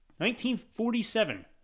1947